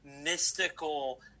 mystical